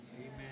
Amen